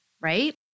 right